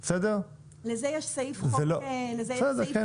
לזה יש סעיף חוק נפרד.